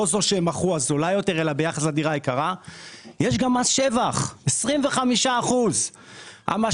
ולא זו שהם מכרו אלא גם מס שבח של 25%. מי